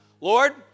Lord